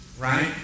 Right